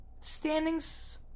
standings